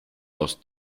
aus